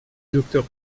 docteur